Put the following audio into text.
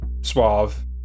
suave